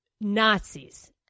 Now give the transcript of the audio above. Nazis